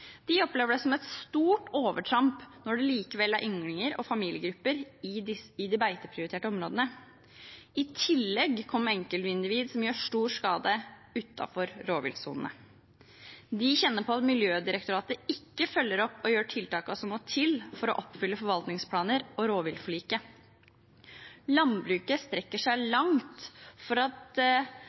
De opplever det som et stort overtramp når det likevel er ynglinger og familiegrupper i de beiteprioriterte områdene – i tillegg kommer enkeltindivid som gjør stor skade utenfor rovviltsonene. De kjenner på at Miljødirektoratet ikke følger opp og gjør tiltakene som må til for å oppfylle forvaltningsplaner og rovviltforliket. Landbruket strekker seg langt for at